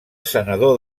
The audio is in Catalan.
senador